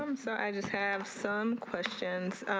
um so i just have some questions